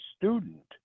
student